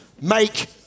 make